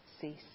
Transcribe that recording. cease